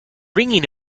ringing